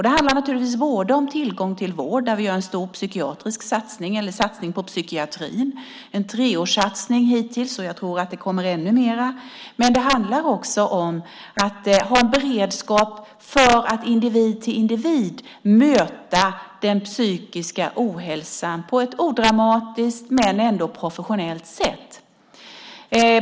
Det handlar naturligtvis både om tillgång till vård, där vi gör en stor satsning på psykiatrin - det är en treårssatsning hittills, och jag tror att det kommer ännu mer - och om att ha en beredskap för att individ till individ möta den psykiska ohälsan på ett odramatiskt men ändå professionellt sätt.